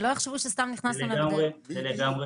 שלא יחשבו שסתם נכנסו -- זה לגמרי,